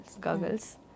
goggles